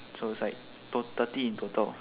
so is like tota~ thirty in total